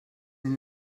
lejn